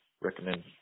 recommend